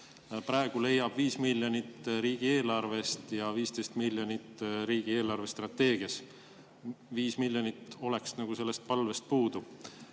Praegu leiab 5 miljonit riigieelarvest ja 15 miljonit riigi eelarvestrateegiast. 5 miljonit oleks sellest palvest puudu.